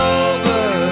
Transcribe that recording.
over